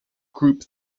group